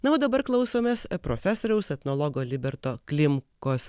na o dabar klausomės profesoriaus etnologo liberto klimkos